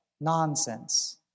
nonsense